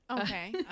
Okay